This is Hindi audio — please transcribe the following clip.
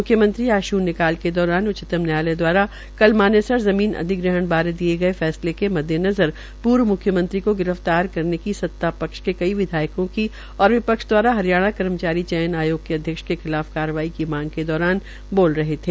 म्ख्यमंत्री आज शून्य काल के दौरान उच्चतम न्यायालय द्वारा कल मानेसर ज़मीन अधिग्रहण बारे दिये गये फैसले के मददेनज़र पूर्व म्ख्यमंत्री को गिरफ्तार करने की सत्ता पक्ष के कई विधायकों की और विपक्ष दवारा हरियाणा कर्मचारी आयोग के अध्यक्ष के खिलाफ कार्रवाई की मांग के दौरान बोल रहे थे